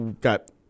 got